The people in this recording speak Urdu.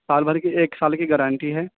سال بھر کی ایک سال کی گارنٹی ہے